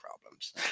problems